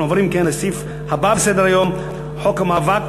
אנחנו עוברים אם כן לסעיף הבא בסדר-היום: חוק המאבק